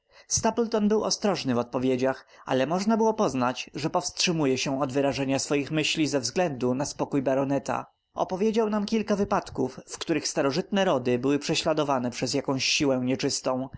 poważnie stapleton był ostrożny w odpowiedziach ale można było poznać że powstrzymuje się od wyrażenia swoich myśli ze względu na spokój baroneta opowiedział nam kilka wypadków w których starożytne rody były prześladowane przez jakąś siłę nieczystą